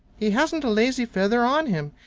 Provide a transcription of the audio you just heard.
he hasn't a lazy feather on him.